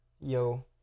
yo